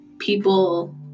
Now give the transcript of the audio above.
People